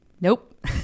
Nope